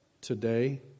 Today